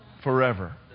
forever